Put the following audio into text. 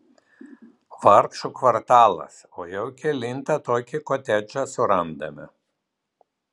vargšų kvartalas o jau kelintą tokį kotedžą surandame